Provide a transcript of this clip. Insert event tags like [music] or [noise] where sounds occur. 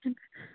[unintelligible]